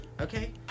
okay